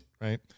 right